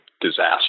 disaster